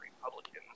Republicans